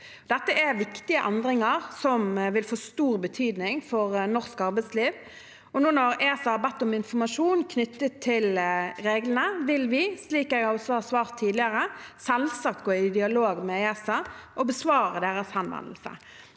Dette er viktige endringer som vil få stor betydning for norsk arbeidsliv. Nå når ESA har bedt om informasjon knyttet til reglene, vil vi – slik jeg også har svart tidligere – selvsagt gå i dialog med ESA og besvare deres henvendelse.